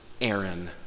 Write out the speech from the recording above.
Aaron